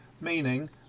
meaning